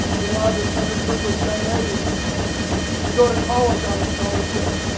that allowed this under-privileged young lady to go to college on a scholarship,